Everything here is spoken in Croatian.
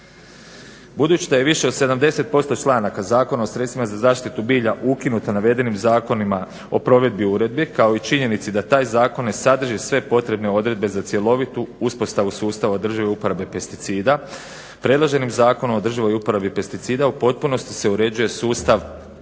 Budući da je više od 70% članaka Zakona o sredstvima za zaštitu bilja ukinuto navedenim zakonima o provedbi uredbi kao i činjenici da taj Zakon ne sadrži sve potrebne odredbe za cjelovitu uspostavu sustava održive uporabe pesticida. Predloženim Zakonom o održivoj uporabi pesticida u potpunosti se uređuje sustav